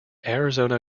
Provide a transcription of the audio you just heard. arizona